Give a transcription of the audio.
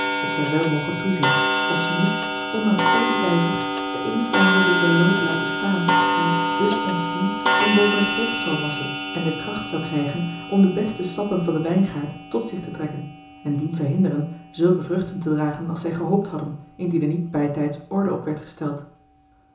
dat zij wel mogen toezien of ze niet ondanks al dien ijver de eene of andere wilde loot laten staan die dus ontzien hen boven het hoofd zal wassen en de kracht zou krijgen om de beste sappen van den wijngaard tot zich te trekken en dien verhinderen zulke vruchten te dragen als zij gehoopt hadden indien er niet bijtijds orde op werd gesteld